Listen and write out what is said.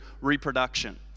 reproduction